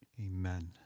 Amen